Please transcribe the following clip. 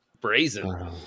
Brazen